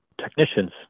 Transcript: technicians